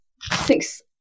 six